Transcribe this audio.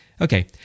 Okay